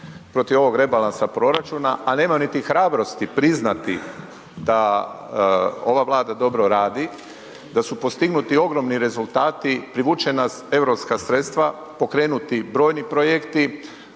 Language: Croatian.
protiv ovog rebalansa proračuna, a nemaju niti hrabrosti priznati da ova Vlada dobro radi, da su postignuti ogromni rezultati, privučena europska sredstva, pokrenuti brojni projekti,